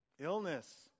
Illness